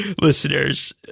listeners